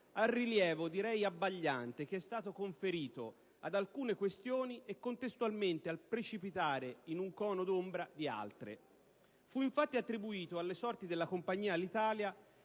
al rilievo, direi abbagliante, che è stato conferito ad alcune questioni e, contestualmente, al precipitare in un cono d'ombra di altre. Fu infatti attribuito alle sorti della compagnia Alitalia